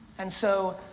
and so,